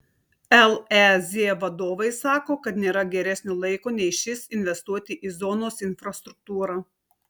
lez vadovai sako kad nėra geresnio laiko nei šis investuoti į zonos infrastruktūrą